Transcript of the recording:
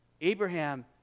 Abraham